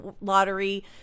lottery